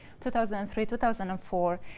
2003-2004